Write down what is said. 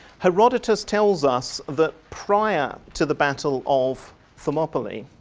herodotus tells us that prior to the battle of thermopylae,